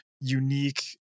unique